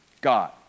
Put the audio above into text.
God